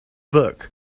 book